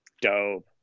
Dope